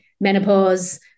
menopause